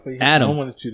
Adam